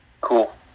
Cool